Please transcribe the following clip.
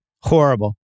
Horrible